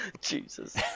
Jesus